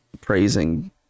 praising